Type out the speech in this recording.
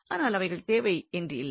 ஆனால் அவைகள் தேவை என்றில்லை